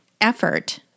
effort